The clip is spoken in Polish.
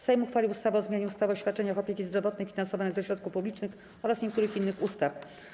Sejm uchwalił ustawę o zmianie ustawy o świadczeniach opieki zdrowotnej finansowanych ze środków publicznych oraz niektórych innych ustaw.